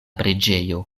preĝejo